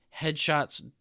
headshots